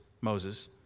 Moses